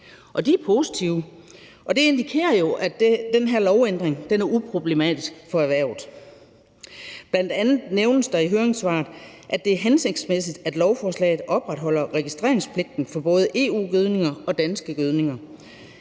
og de er positive, og det indikerer jo, at den her lovændring er uproblematisk for erhvervet. Bl.a. nævnes der i høringssvaret, at det er hensigtsmæssigt, at lovforslaget opretholder registreringspligten for både EU-gødninger og danske gødninger.